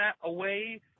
away